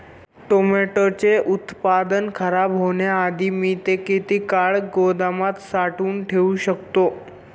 टोमॅटोचे उत्पादन खराब होण्याआधी मी ते किती काळ गोदामात साठवून ठेऊ शकतो?